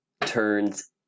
turns